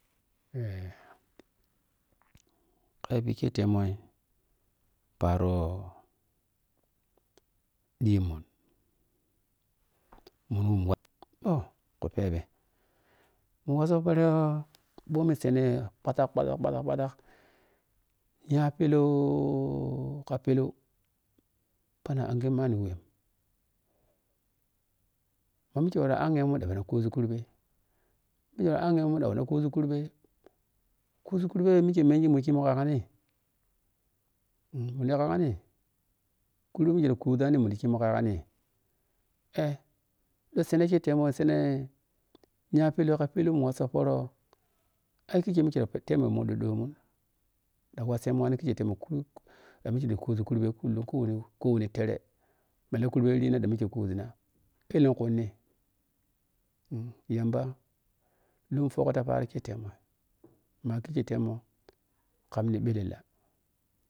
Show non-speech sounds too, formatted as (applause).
Eh (noise) ya ɓike temoi paaro ɗiimun munmu oo ku pheɓe mu woso poora ɓhomi sene phazag pghazag phazag nya peelow ka peelow phanag anghe manni wem ma mike woro anghemu ɗan phiran kuzii kurɓe mike wor anghe mu ɗan mine kuzio kurɓoo kuzii kurbe mike mengi mi yi ki mun ka yaggai eh mun ɗan mi yi ka yaggai kurbe mike dan ku zanni mun da yi kimu ka yaggani eh dɗa seen eke temo seeae aya peelow ra peelow mu woso pooro ai kike mita temma. muɗɗi ɗomun ɗan wasemu wane kai kai temu da muku mike eda kuzii kurɓer kullum kowan kowoni tere ma la kurɓa rina dan mike kuzina etenkuni? Eh yamba lun ttogho ta paaro ke te kemun ma kheketemun kami bellela.